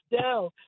down